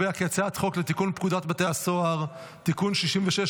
החוק לתיקון פקודת בתי הסוהר (תיקון מס' 66,